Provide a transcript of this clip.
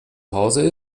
hause